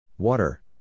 Water